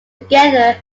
together